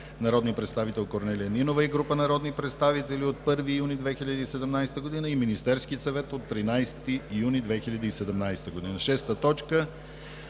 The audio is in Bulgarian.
народният представител Корнелия Нинова и група народни представители, от 1 юни 2017 г.; и Министерският съвет от 13 юни 2017 г.